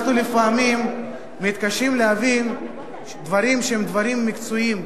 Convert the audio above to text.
אנחנו לפעמים מתקשים להבין דברים שהם דברים מקצועיים,